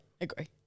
agree